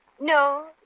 No